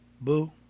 boo